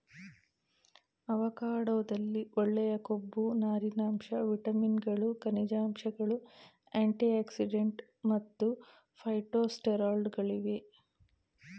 ಅವಕಾಡೊದಲ್ಲಿ ಒಳ್ಳೆಯ ಕೊಬ್ಬು ನಾರಿನಾಂಶ ವಿಟಮಿನ್ಗಳು ಖನಿಜಾಂಶಗಳು ಆಂಟಿಆಕ್ಸಿಡೆಂಟ್ ಮತ್ತು ಫೈಟೊಸ್ಟೆರಾಲ್ಗಳಿವೆ